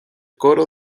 coro